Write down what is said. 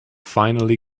finally